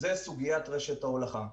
היא סוגיית רשת ההולכה.